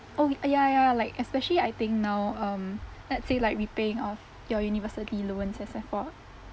oh ya ya like especially I think now um let's say like repaying of your university loans as for